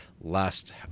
last